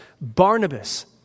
Barnabas